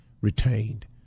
retained